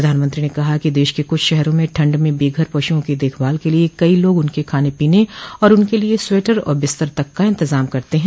प्रधानमंत्री ने कहा कि देश के कुछ शहरों में ठंड में बेघर पश्ओं की देखभाल के लिए कई लोग उनके खाने पीने और उनके लिए स्वेटर और बिस्तर तक का इन्तजाम करते हैं